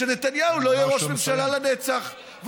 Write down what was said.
שנתניהו לא יהיה ראש הממשלה לנצח,